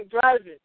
driving